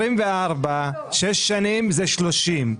שש שנים זה 2030,